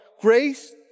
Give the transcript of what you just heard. Grace